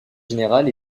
général